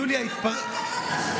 יוליה התפרצה,